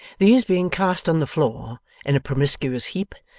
these being cast on the floor in a promiscuous heap,